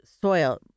soil